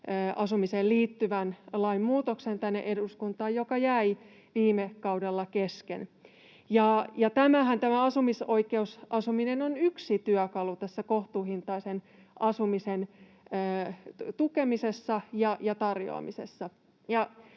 liittyvän lainmuutoksen, joka jäi viime kaudella kesken. Tämä asumisoikeusasuminenhan on yksi työkalu tässä kohtuuhintaisen asumisen tukemisessa ja tarjoamisessa.